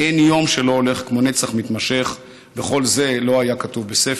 // אין יום שלא הולך כמו נצח מתמשך / וכל זה לא היה כתוב בספר".